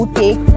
take